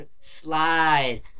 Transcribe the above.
Slide